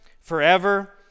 forever